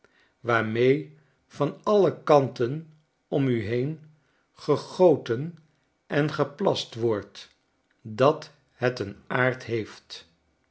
waarmee van alle kanten om u heen gegoten en geplast wordt dat het een aard heeft